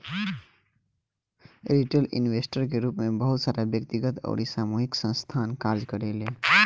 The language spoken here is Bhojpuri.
रिटेल इन्वेस्टर के रूप में बहुत सारा व्यक्तिगत अउरी सामूहिक संस्थासन कार्य करेले